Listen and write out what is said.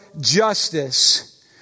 justice